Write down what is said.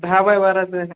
सहा बाय बाराचं आहे